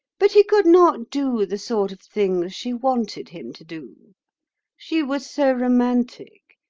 but he could not do the sort of things she wanted him to do she was so romantic.